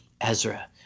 Ezra